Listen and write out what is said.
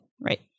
Right